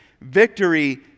Victory